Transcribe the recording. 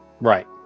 Right